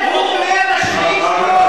הוא אומר לשכנים שלו,